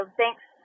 thanks